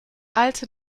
alte